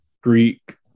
Greek